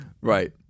Right